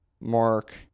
Mark